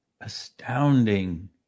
astounding